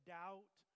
doubt